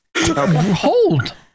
Hold